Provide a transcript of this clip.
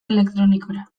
elektronikora